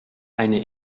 eine